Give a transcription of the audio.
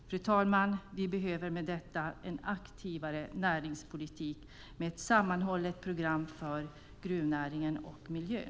Fru talman! Vi behöver med detta en mer aktiv näringspolitik med ett sammanhållet program för gruvnäringen och miljön.